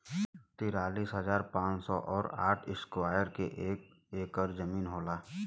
तिरालिस हजार पांच सौ और साठ इस्क्वायर के एक ऐकर जमीन होला